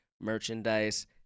merchandise